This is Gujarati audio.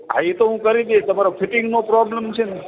હા એ તો હું કરી દઇશ તમારો ફિટિંગનો પ્રોબ્લેમ છે ને